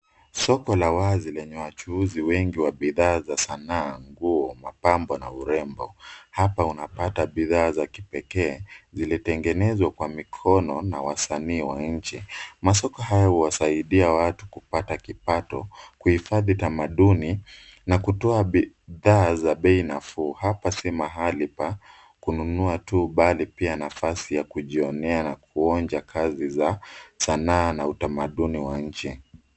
Soko la wazi lenye wachuuzi wengi wa bidhaa za sanaa, nguo, mapambo na urembo. Hapa wanapata bidhaa za kipekee ziliotengenezwa kwa mikono na wasanii wanchi. Masoko haya uwasaidia watu kupata kipato kuhifadhi tamaduni na kutoa bidhaa za bei nafuu. Hapa si mahali pa kununua tu, bali pia nafasi ya kujionea na kuonja kazi za sanaa na utamaduni wa nchi.